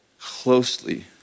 closely